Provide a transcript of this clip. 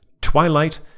Twilight